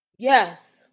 Yes